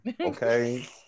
Okay